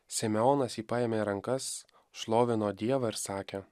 simeonas jį paėmė į rankas šlovino dievą ir sakė